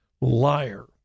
liar